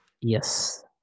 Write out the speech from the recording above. Yes